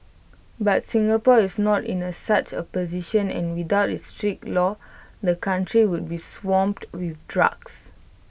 but Singapore is not in A such A position and without its strict laws the country would be swamped with drugs